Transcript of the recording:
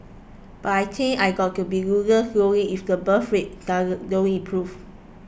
but I think I got to be loosened slowly if the birth rates does no improve